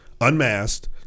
unmasked